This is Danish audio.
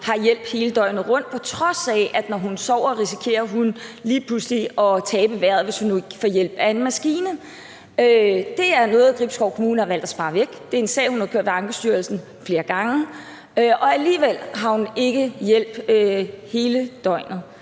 har hjælp hele døgnet rundt, på trods af at hun, når hun sover, lige pludselig risikerer at tabe vejret, hvis hun ikke får hjælp af en maskine. Det er noget, Gribskov Kommune har valgt at spare væk. Det er en sag, hun har ført ved Ankestyrelsen flere gange, men alligevel har hun ikke hjælp hele døgnet.